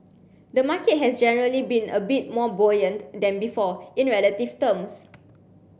the market has generally been a bit more buoyant than before in relative terms